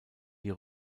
die